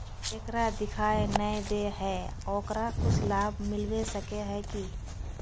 जेकरा दिखाय नय दे है ओकरा कुछ लाभ मिलबे सके है की?